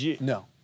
No